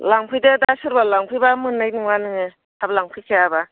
लांफैदो दा सोरबा लांफैबा मोननाय नङा नोङो थाब लांफैखायाबा